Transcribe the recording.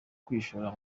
kwishora